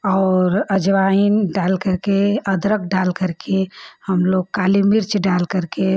और अजवाइन डाल करके अदरक डाल करके हमलोग काली मिर्च डाल करके